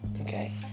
Okay